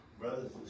brothers